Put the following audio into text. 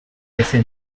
ese